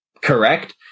correct